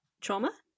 trauma